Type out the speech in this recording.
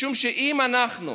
משום שאם אנחנו,